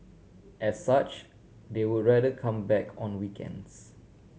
as such they would rather come back on weekends